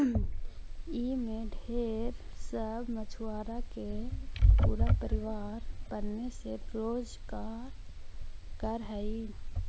ई में ढेर सब मछुआरा के पूरा परिवार पने से रोजकार कर हई